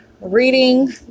reading